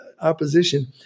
opposition